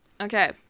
Okay